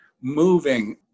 moving